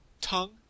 Tongue